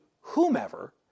whomever